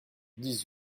dix